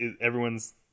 everyone's